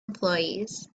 employees